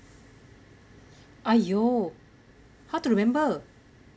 !aiyo! how to remember